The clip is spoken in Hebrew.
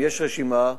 יש רשימה,